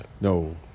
No